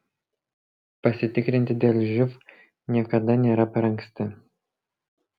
pasitikrinti dėl živ niekada nėra per anksti